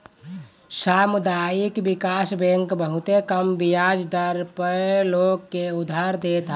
सामुदायिक विकास बैंक बहुते कम बियाज दर पअ लोग के उधार देत हअ